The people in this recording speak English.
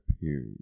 period